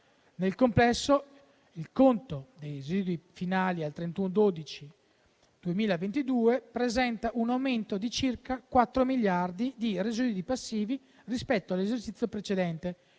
Nel complesso, il conto dei residui finali al 31 dicembre 2022 presenta un aumento di circa 4 miliardi di euro di residui passivi rispetto all'esercizio precedente,